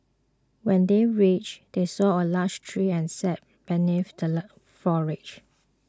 when they reached they saw a large tree and sat beneath the foliage